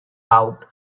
out